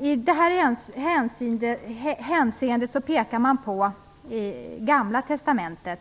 I detta hänseende pekar utskottet på Gamla testamentet.